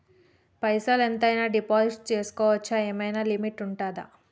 పైసల్ ఎంత అయినా డిపాజిట్ చేస్కోవచ్చా? ఏమైనా లిమిట్ ఉంటదా?